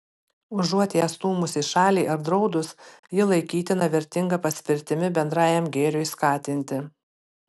užuot ją stūmus į šalį ar draudus ji laikytina vertinga paspirtimi bendrajam gėriui skatinti